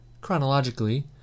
chronologically